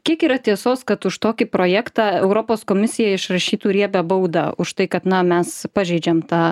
kiek yra tiesos kad už tokį projektą europos komisija išrašytų riebią baudą už tai kad na mes pažeidžiam tą